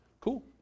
Cool